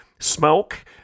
smoke